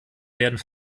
werden